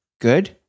good